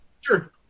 Sure